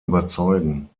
überzeugen